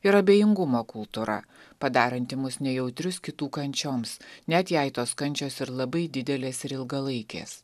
ir abejingumo kultūra padaranti mus nejautrius kitų kančioms net jei tos kančios ir labai didelės ir ilgalaikės